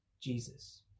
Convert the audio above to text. Jesus